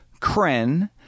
Kren